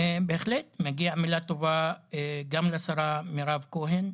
בהחלט מגיעה מילה טובה גם לשרה מירב כהן,